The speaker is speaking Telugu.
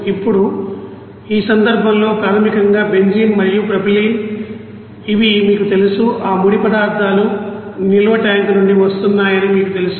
ఇప్పుడు ఈ సందర్భంలో ప్రాథమికంగా బెంజీన్ మరియు ప్రొపైలిన్ ఇవి మీకు తెలుసు ఆ ముడి పదార్థాలు నిల్వ ట్యాంక్ నుండి వస్తున్నాయని మీకు తెలుసు